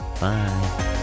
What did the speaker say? Bye